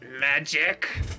Magic